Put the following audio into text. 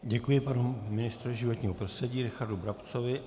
Děkuji panu ministru životního prostředí Richardu Brabcovi.